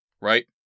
right